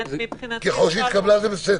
ככל שהתקבלה זה בסדר.